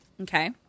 okay